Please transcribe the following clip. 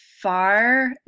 far